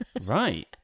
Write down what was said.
Right